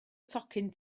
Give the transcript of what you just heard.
tocyn